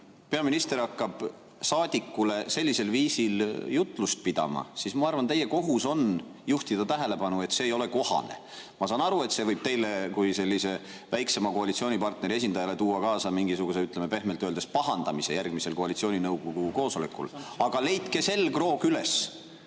peaminister hakkab saadikule sellisel viisil jutlust pidama, siis ma arvan, et teie kohus on juhtida tema tähelepanu sellele, et selline käitumine ei ole kohane. Ma saan aru, et see võib teile kui väiksema koalitsioonipartneri esindajale tuua kaasa mingisuguse, ütleme, pehmelt öeldes pahandamise järgmisel koalitsiooninõukogu koosolekul. Aga leidke selgroog üles.